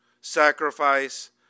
Sacrifice